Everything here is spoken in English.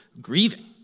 grieving